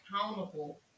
accountable